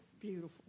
beautiful